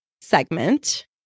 segment